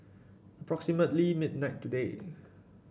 approximately midnight today